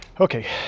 Okay